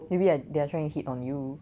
maybe I maybe they are trying to hit on you